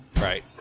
Right